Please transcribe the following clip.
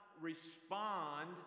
respond